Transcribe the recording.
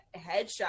headshot